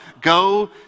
Go